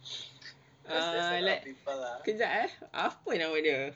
err let kejap ah apa nama dia